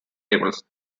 labels